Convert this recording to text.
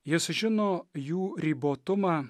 jis sužino jų ribotumą